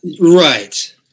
Right